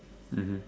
mmhmm